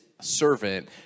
servant